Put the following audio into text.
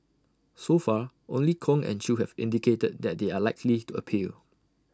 so far only Kong and chew have indicated that they are likely to appeal